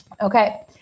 Okay